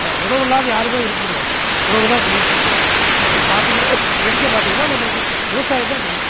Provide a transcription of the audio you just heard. உணவு இல்லாது யாருமே இருக்க முடியாது உணவு தான் மெயினு பார்த்திங்கன்னா இயற்கையாக பார்த்திங்கன்னா நம்மளுக்கு விவசாயம் தான் மெயின்